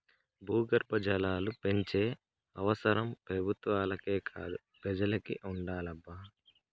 భూగర్భ జలాలు పెంచే అవసరం పెబుత్వాలకే కాదు పెజలకి ఉండాలబ్బా